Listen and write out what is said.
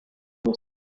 gusa